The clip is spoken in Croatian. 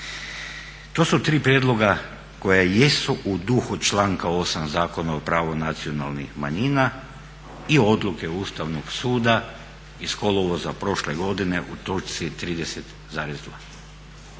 To su tri prijedloga koja jesu u duhu članka 8. Zakona o pravu nacionalnih manjina i odluke Ustavnog suda iz kolovoza prošle godine u točci 30,2.